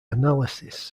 analysis